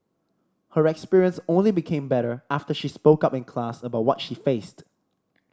her experience only became better after she spoke up in class about what she faced